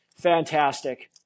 Fantastic